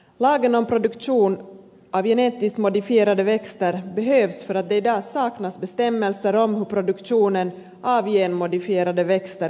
lagen om produktion av genetiskt modifierade växter behövs för att det i dag saknas bestämmelser om hur produktionen av genomodifierade växter kan ske